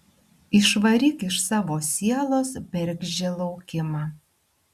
išvaryk iš savo sielos bergždžią laukimą